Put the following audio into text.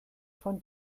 von